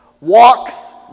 walks